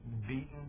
beaten